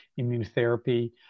immunotherapy